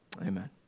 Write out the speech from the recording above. Amen